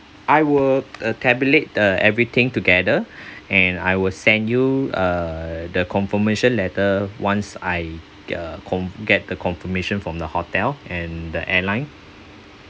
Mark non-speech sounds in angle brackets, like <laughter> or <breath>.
I will uh tabulate the everything together <breath> and I will send you a the confirmation letter once I uh con~ get the confirmation from the hotel and the airline